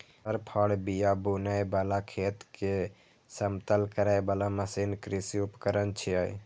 हर, फाड़, बिया बुनै बला, खेत कें समतल करै बला मशीन कृषि उपकरण छियै